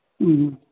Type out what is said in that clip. ꯎꯝ